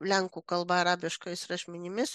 lenkų kalba arabiškais rašmenimis